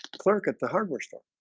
clerk at the hardware store